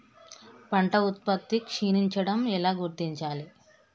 పంట ఉత్పత్తి క్షీణించడం ఎలా గుర్తించాలి?